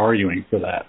arguing for that